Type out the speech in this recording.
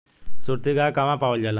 सुरती गाय कहवा पावल जाला?